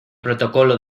protocolo